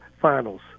finals